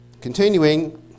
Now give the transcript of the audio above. Continuing